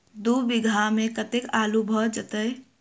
दु बीघा मे कतेक आलु भऽ जेतय?